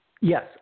Yes